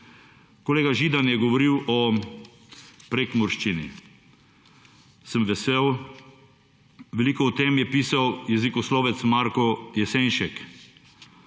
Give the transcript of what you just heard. Kolega Židan je govoril o prekmurščini. Sem vesel, veliko o tem je pisal jezikoslovec Marko Jesenšek.